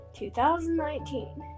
2019